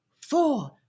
Four